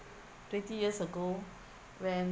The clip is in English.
twenty years ago when